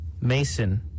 Mason